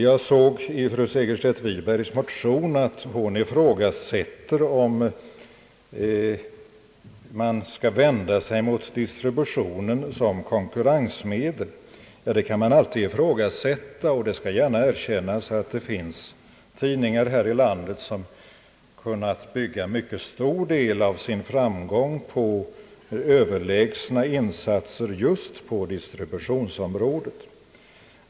Jag såg i fru Segerstedt Wibergs motion att hon ifrågasätter om man skall vända sig mot distributionen som konkurrensmedel. Det kan man alltid ifrågasätta, och det skall gärna erkännas att det här i landet finns tidningar som kunnat bygga en mycket stor del av sin framgång på överlägsna insatser just på distributionsområdet.